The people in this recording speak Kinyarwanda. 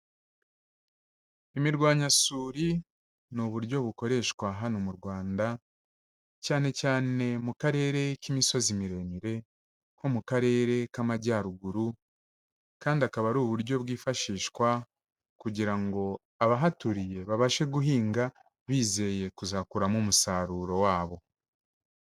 Imirwanyasuri ni uburyo bukoreshwa hano mu Rwanda, cyane cyane mu karere k'imisozi miremire nko mu karere k'amajyaruguru kandi akaba ari uburyo bwifashishwa kugira ngo abahaturiye babashe guhinga, bizeye kuzakuramo umusaruro wabo.